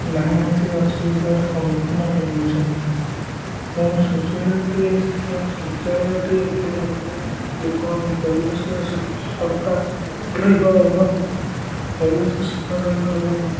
ନାହିଁ ନଥିବା ଅସୁବିଧାର ସମ୍ମୁଖୀନ ହେଉଛନ୍ତି ତେଣୁ ଶୌଚାଳୟଟିଏ ଶୌଚାଳୟଟିଏ ଥିଲେ ଲୋକ ପରିବେଶ ସଫା ରହିବ ଏବଂ ପରିବେଶ ସଫା ରହିବ ଏବଂ